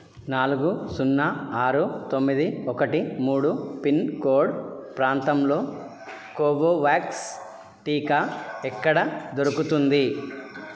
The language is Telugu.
నాలుగు సున్నా ఆరు తొమ్మిది ఒకటి మూడు పిన్కోడ్ ప్రాంతంలో కోవోవ్యాక్స్ టీకా ఎక్కడ దొరుకుతుంది